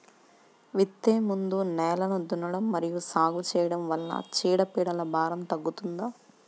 విత్తే ముందు నేలను దున్నడం మరియు సాగు చేయడం వల్ల చీడపీడల భారం తగ్గుతుందా?